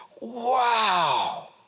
Wow